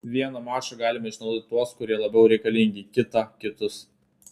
vieną mačą galime išnaudoti tuos kurie labiau reikalingi kitą kitus